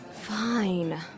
Fine